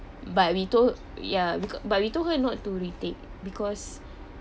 but we told ya beca~ but we told her not to retake because